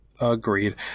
Agreed